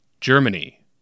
Germany